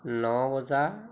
ন বজা